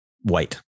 white